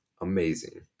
amazing